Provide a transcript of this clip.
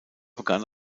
begann